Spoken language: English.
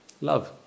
Love